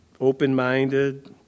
Open-minded